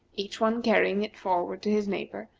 each one carrying it forward to his neighbor,